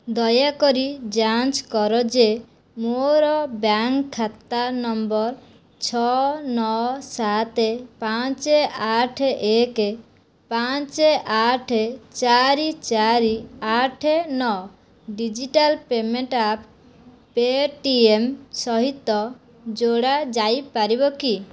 ଦୟାକରି ଯାଞ୍ଚ କର ଯେ ମୋର ବ୍ୟାଙ୍କ୍ ଖାତା ନମ୍ବର ଛଅ ନଅ ସାତ ପାଞ୍ଚ ଆଠ ଏକ ପାଞ୍ଚ ଚାରି ଚାରି ଆଠ ନଅ ଡିଜିଟାଲ୍ ପେମେଣ୍ଟ୍ ଆପ୍ ପେ'ଟିଏମ୍ ସହିତ ଯୋଡ଼ା ଯାଇପାରିବ କି